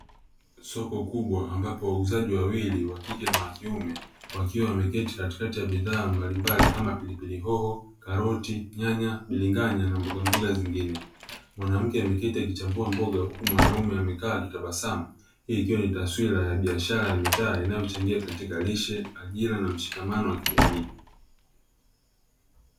Soko kubwa ambapo wauzaji wawili wa kike na wa kiume wakiwa wameketi, katikati ya bidhaa mbalimbali kama pilipili, hoho, karoti, nyanya, bilinganya na mboga mboga zingine. Mwanamke ameketi akichambua mboga huku mwanaume amekaa akitabasamu. Hii ikiwa ni taswira ya biashara ya mitaa inayochangia katika lishe ajira na mshikamano wa kijamii.